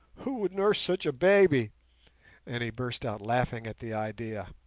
who would nurse such a baby and he burst out laughing at the idea.